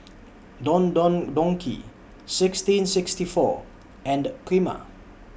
Don Don Donki sixteen sixty four and Prima